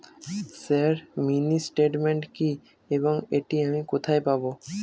Sir mini statement কি এবং এটি আমি কোথায় পাবো?